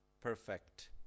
perfect